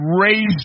raised